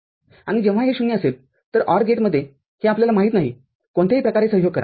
आणि जेव्हा हे ० असेलतर OR गेटमध्ये हे आपल्याला माहित नाहीकोणत्याही प्रकारे सहयोग करा